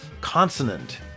consonant